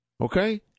Okay